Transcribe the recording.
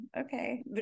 okay